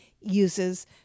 uses